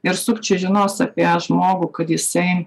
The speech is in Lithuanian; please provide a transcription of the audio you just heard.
ir sukčiai žinos apie žmogų kad jisai